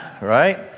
right